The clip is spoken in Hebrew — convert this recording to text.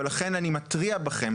ולכן אני מתריע בכם,